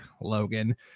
Logan